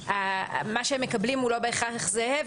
מה שהם מקבלים הוא לא בהכרח זהה.